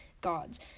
gods